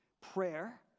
prayer